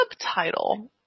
subtitle